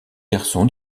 garçon